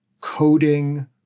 coding